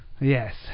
Yes